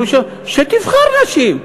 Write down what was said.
שתבחר נשים.